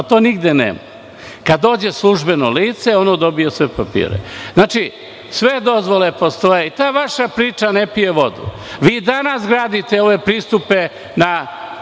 to nigde nema. Kada dođe službeno lice, ono dobije sve papire. Znači, sve dozvole postoje i ta vaša priča ne pije vodu. Vi danas gradite ove pristupe na